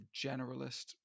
generalist